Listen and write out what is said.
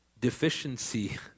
deficiency